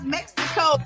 Mexico